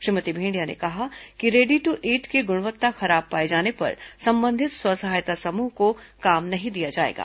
श्रीमती भेंडिया ने कहा कि रेडी दू ईट की गुणवत्ता खराब पाए जाने पर संबंधित स्व सहायता समूह को काम नहीं दिया जाएगा